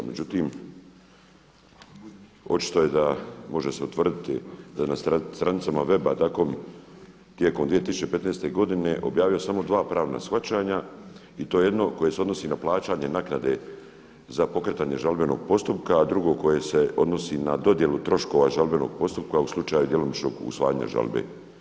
Međutim očito je da može se utvrditi da na stranicama web DKOM tijekom 2015. godine objavio samo dva pravna shvaćanja i to jedno koje se odnosi na plaćanje naknade za pokretanje žalbenog postupka, a drugo koje se odnosi na dodjelu troškova žalbenog postupka u slučaju djelomičnog usvajanja žalbe.